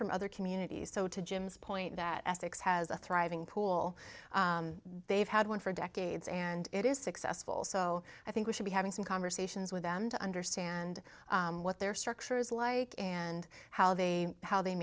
from other communities so to jim's point that essex has a thriving pool they've had one for decades and it is successful so i think we should be having some conversations with them to understand what their structures like and how they how they